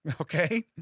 Okay